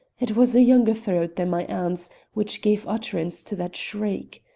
it was a younger throat than my aunt's which gave utterance to that shriek.